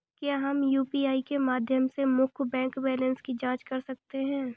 क्या हम यू.पी.आई के माध्यम से मुख्य बैंक बैलेंस की जाँच कर सकते हैं?